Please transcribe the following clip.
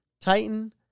Titan